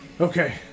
Okay